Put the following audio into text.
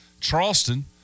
Charleston